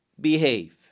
behave